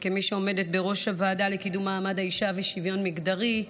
כמי שעומדת בראש הוועדה לקידום מעמד האישה ושוויון מגדרי,